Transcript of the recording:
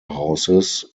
houses